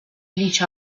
bleach